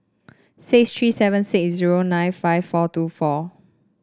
six three seven six zero nine five four two four